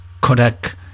Kodak